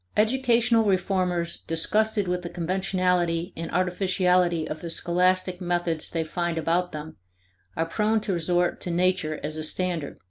educational reformers disgusted with the conventionality and artificiality of the scholastic methods they find about them are prone to resort to nature as a standard.